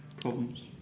problems